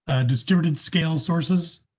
distributed scale sources,